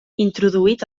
introduït